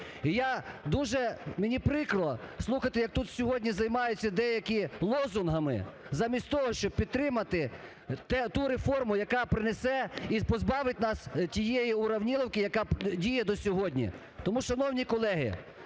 мені прикро слухати, як тут сьогодні займаються деякі лозунгами, замість того щоб підтримати ту реформу, яка принесе і позбавить нас тієї "уравніловки", яка діє до сьогодні. Тому, шановні колеги,